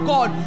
God